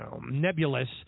nebulous